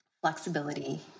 Flexibility